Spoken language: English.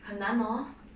很难 hor